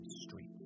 street